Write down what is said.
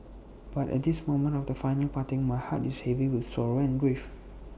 but at this moment of the final parting my heart is heavy with sorrow and grief